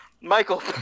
Michael